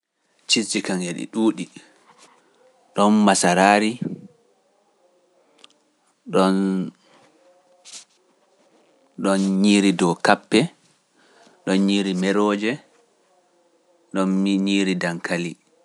Cisji kam e ɗuuɗi, ɗoon masaraari, ɗoon ñiiri dow kappe, ɗoon ñiiri meroje, ɗoon ñiiri dankali.